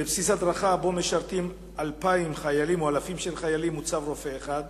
בבסיס הדרכה שבו משרתים 2,000 חיילים מוצב רופא אחד,